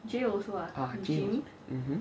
ah J also mmhmm